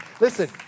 Listen